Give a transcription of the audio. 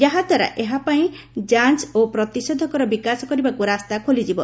ଯାହାଦ୍ୱାରା ଏହା ପାଇଁ ଯାଞ୍ଚ ଓ ପ୍ରତିଷେଧକର ବିକାଶ କରିବାକୁ ରାସ୍ତା ଖୋଲିଯିବ